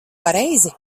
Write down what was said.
pareizi